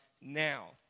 now